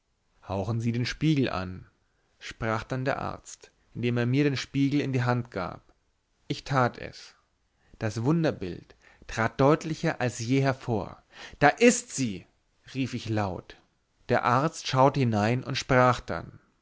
hauchen sie den spiegel an sprach dann der arzt indem er mir den spiegel in die hand gab ich tat es das wunderbild trat deutlicher als je hervor da ist sie rief ich laut der arzt schaute hinein und sprach dann